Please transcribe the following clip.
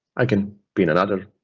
i can be in another